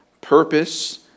purpose